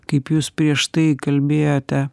kaip jūs prieš tai kalbėjote